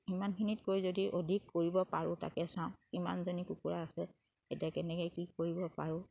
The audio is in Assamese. ইমানখিনিতকৈ যদি অধিক কৰিব পাৰোঁ তাকে চাওঁ কিমানজনী কুকুৰা আছে এতিয়া কেনেকে কি কৰিব পাৰোঁ